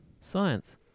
Science